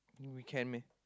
uh we can meh